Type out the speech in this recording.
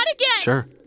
Sure